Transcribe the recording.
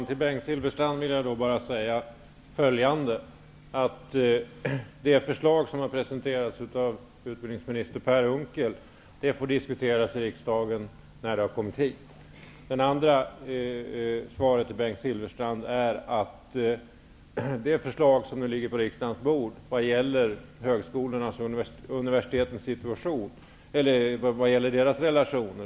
Fru talman! Det förslag som har presenterats av utbildningsminister Per Unckel får diskuteras i riksdagen när det förslaget har lagts på riksdagens bord. Det förslag som nu ligger på riksdagens bord gäller relationerna mellan högskolorna och universiteten.